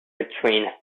between